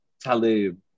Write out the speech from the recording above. Talib